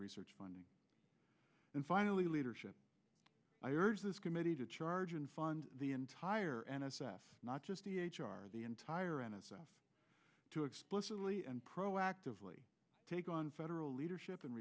research funding and finally leadership i urge this committee to charge and fund the entire n s f not just the h r the entire in itself to explicitly and proactively take on federal leadership and